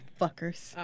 fuckers